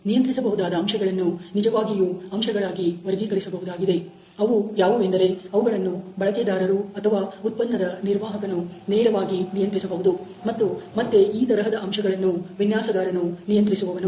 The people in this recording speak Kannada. ನಿಯಂತ್ರಿಸಬಹುದಾದ ಅಂಶಗಳನ್ನು ನಿಜವಾಗಿಯೂ ಅಂಶಗಳಾಗಿ ವರ್ಗೀಕರಿಸಬಹುದಾಗಿದೆ ಅವು ಯಾವುವೆಂದರೆ ಅವುಗಳನ್ನು ಬಳಕೆದಾರರು ಅಥವಾ ಉತ್ಪನ್ನದ ನಿರ್ವಾಹಕನು ನೇರವಾಗಿ ನಿಯಂತ್ರಿಸಬಹುದು ಮತ್ತು ಮತ್ತೆ ಈ ತರಹದ ಅಂಶಗಳನ್ನು ವಿನ್ಯಾಸಗಾರನು ನಿಯಂತ್ರಿಸುವವನು